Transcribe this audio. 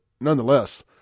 nonetheless